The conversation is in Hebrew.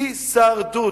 הישרדות.